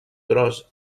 tros